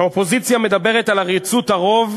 האופוזיציה מדברת על עריצות הרוב,